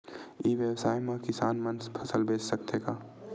ई व्यवसाय म किसान मन फसल बेच सकथे का?